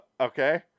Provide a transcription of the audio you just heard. Okay